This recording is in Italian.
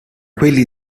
quelli